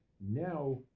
Now